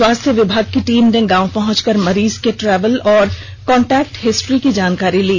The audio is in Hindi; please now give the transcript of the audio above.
स्वास्थ्य विभाग की टीम ने गांव पहुंचकर मरीज के ट्रेवल और कांटेक्ट हिस्ट्री की जानकारी ली